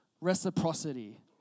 reciprocity